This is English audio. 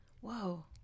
Whoa